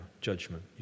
judgment